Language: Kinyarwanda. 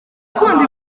ukunda